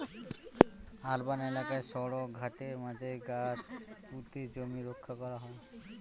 urban এলাকায় সড়ক, ঘাটে, মাঠে গাছ পুঁতে জমি রক্ষা করা হয়